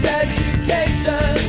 education